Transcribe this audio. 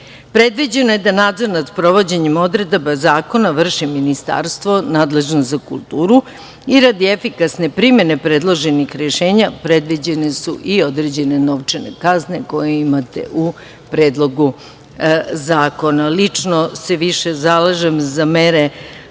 pisma. Predviđeno je da nadzor nad sprovođenjem odredaba zakona vrši Ministarstvo nadležno za kulturu i radi efikasne primene predloženih rešenja, predviđene su i određene novčane kazne, koje imate u predlogu zakona. Lično se više zalažem za mere